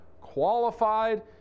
qualified